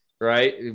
right